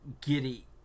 giddy